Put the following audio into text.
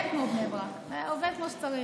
אין כמו בני ברק, עובד כמו שצריך.